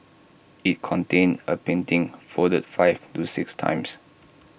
IT contained A painting folded five to six times